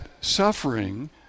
suffering